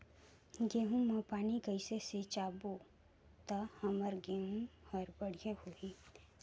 गहूं म पानी कइसे सिंचबो ता हमर गहूं हर बढ़िया होही?